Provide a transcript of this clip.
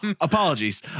Apologies